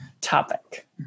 topic